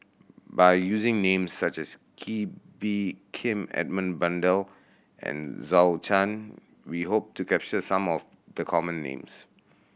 by using names such as Kee Bee Khim Edmund Blundell and Zhou Can we hope to capture some of the common names